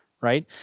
right